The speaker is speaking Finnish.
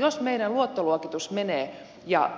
jos meidän luottoluokitus menee ja